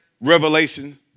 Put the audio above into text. Revelation